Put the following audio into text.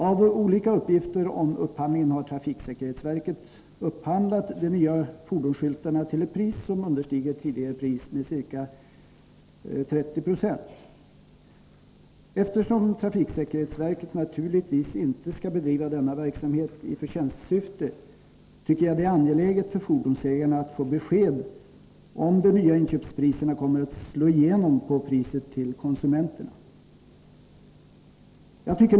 Enligt olika uppgifter om upphandlingen har trafiksäkerhetsverket upphandlat de nya fordonsskyltarna till ett pris som understiger tidigare pris med ca 30 96. Eftersom trafiksäkerhetsverket naturligtvis inte skall bedriva denna verksamhet i förtjänstsyfte, tycker jag att det är angeläget att fordonsägarna får besked om huruvida de nya inköpspriserna kommer att slå igenom i priset till konsumenterna.